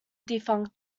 defunct